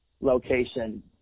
location